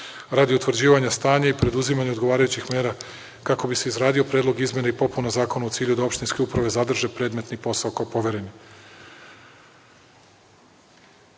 radi utvrđivanja stanja i preduzimanja odgovarajućih mera, kako bi se izradio predlog izmena i popuna zakona u cilju da opštinske uprave zadrže predmetni posao kao povereni. Što